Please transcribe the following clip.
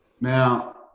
Now